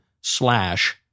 slash